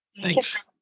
Thanks